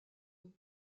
eux